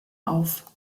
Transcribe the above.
auf